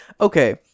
Okay